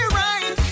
right